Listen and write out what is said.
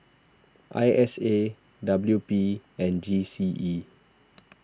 I S A W P and G C E